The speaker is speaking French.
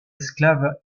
esclaves